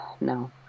no